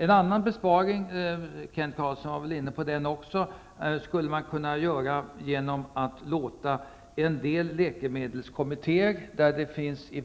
En annan besparing skulle man kunna göra genom att låta de väl fungerande läkemedelskommittéer som finns i